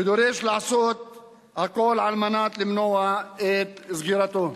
ודורש לעשות הכול על מנת למנוע את סגירתו.